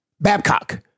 Babcock